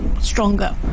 stronger